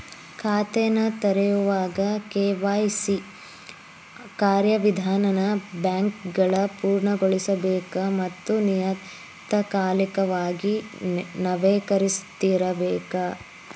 ಖಾತೆನ ತೆರೆಯೋವಾಗ ಕೆ.ವಾಯ್.ಸಿ ಕಾರ್ಯವಿಧಾನನ ಬ್ಯಾಂಕ್ಗಳ ಪೂರ್ಣಗೊಳಿಸಬೇಕ ಮತ್ತ ನಿಯತಕಾಲಿಕವಾಗಿ ನವೇಕರಿಸ್ತಿರಬೇಕ